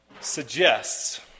suggests